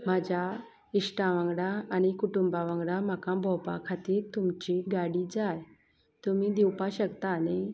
म्हाज्या इश्टां वांगडा आनी कुटुंबां वांगडा म्हाका भोंवपा खातीर तुमची गाडी जाय तुमी दिवपा शकता न्ही